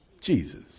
Jesus